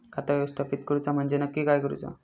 खाता व्यवस्थापित करूचा म्हणजे नक्की काय करूचा?